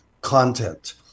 content